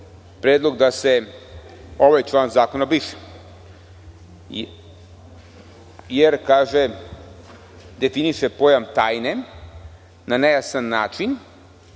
predlog da se ovaj član zakona briše, jer definiše pojam tajne na nejasan način